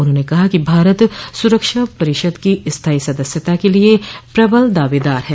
उन्होंने कहा कि भारत सुरक्षा परिषद की स्थायी सदस्यता के लिए प्रबल दावेदार है